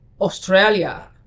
Australia